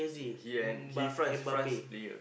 he and he France France player